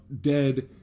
dead